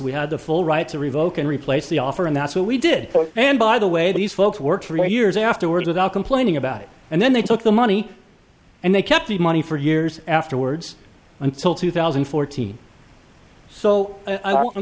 we had the full right to revoke and replace the offer and that's what we did and by the way these folks worked for years afterwards without complaining about it and then they took the money and they kept the money for years afterwards until two thousand and fourteen so i